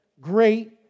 great